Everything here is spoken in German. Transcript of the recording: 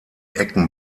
ecken